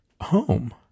home